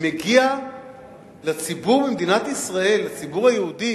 מגיע לציבור במדינת ישראל, לציבור היהודי,